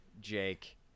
Jake